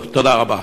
תודה רבה.